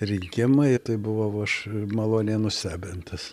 rinkimai tai buvau aš maloniai nustebintas